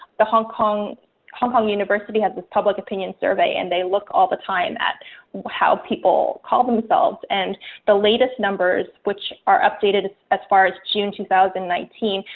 the hong kong hong kong university has this public opinion survey, and they look all the time at how people call themselves and the latest numbers, which are updated, as far as june two thousand and nineteen,